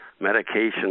medication